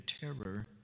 terror